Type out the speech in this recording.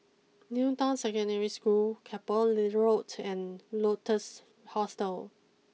new Town Secondary School Keppel Road and Lotus Hostel